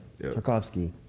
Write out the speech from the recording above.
Tarkovsky